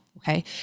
Okay